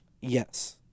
Yes